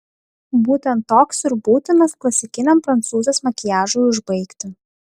būtent toks ir būtinas klasikiniam prancūzės makiažui užbaigti